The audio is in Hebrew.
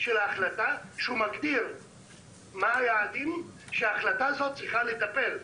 הוא מגדיר מה היעדים שההחלטה צריכה לטפל בהם,